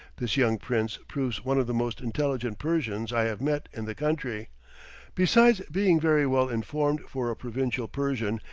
this young prince proves one of the most intelligent persians i have met in the country besides being very well informed for a provincial persian,